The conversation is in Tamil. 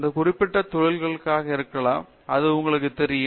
அது குறிப்பிட்ட தொழில்களாக இருக்கலாம் என்று உங்களுக்குத் தெரியும்